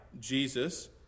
Jesus